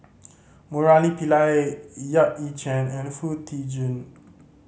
Murali Pillai Yap Ee Chian and Foo Tee Jun